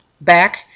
back